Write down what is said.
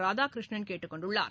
ராதாகிருஷ்ணன் கேட்டுக்கொண்டுள்ளார்